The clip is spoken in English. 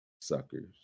Suckers